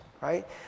right